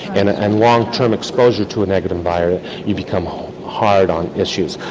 and ah and long term exposure to a negative environment you become hard on issues,